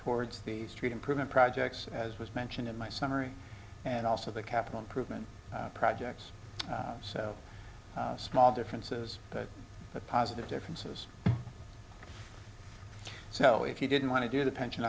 towards the street improvement projects as was mentioned in my summary and also the capital improvement projects so small differences but a positive differences so if you didn't want to do the pension